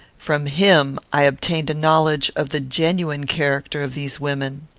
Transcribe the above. from him i obtained a knowledge of the genuine character of these women.